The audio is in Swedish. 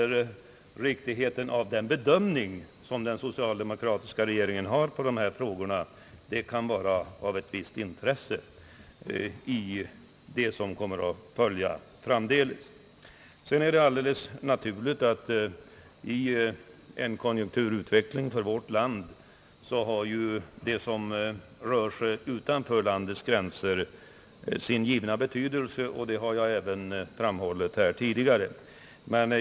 Riktigheten av den bedömning, som den socialdemokratiska regeringen har gjort i dessa frågor, kan vara av ett visst intresse för det som kommer att följa framdeles. I en konjunkturutveckling i vårt land är det naturligt, att det som rör sig utanför landets gränser har sin givna betydelse, vilket jag även framhållit tidigare.